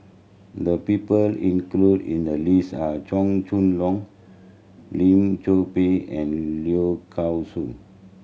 the people included in the list are Chua Chong Long Lim Chor Pee and Low Song